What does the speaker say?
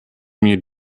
mir